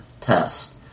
test